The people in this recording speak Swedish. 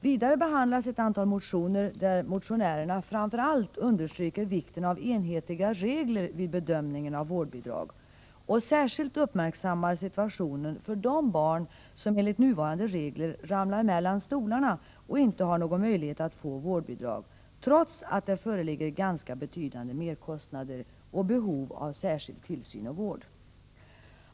Vidare behandlas ett antal motioner där motionärerna framför allt understryker vikten av enhetliga regler vid bedömningen av vårdbidrag och särskilt uppmärksammar situationen för de barn som enligt nuvarande regler ”ramlar mellan stolarna” och inte har någon möjlighet att få vårdbidrag, trots att det föreligger ganska betydande merkostnader och behov av särskild tillsyn och vård.